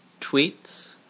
tweets